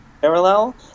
parallel